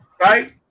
right